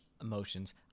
emotions